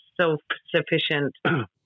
self-sufficient